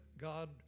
God